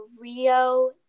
Rio